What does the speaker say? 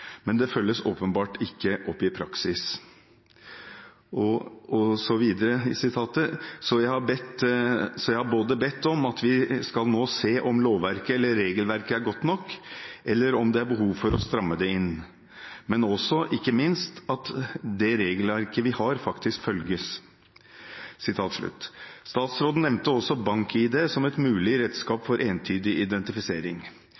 Men det følges åpenbart ikke opp i praksis […] Så jeg har både bedt om at vi skal nå se om lovverket eller regelverket er godt nok, eller om det er behov for å stramme det inn – men også ikke minst at det regelverket vi har faktisk følges». Statsråden nevnte også Bank-ID som et mulig